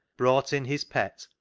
brought in his pet,